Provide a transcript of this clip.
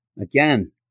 Again